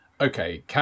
okay